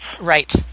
right